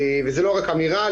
זה לא רק אמירה.